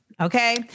Okay